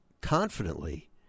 confidently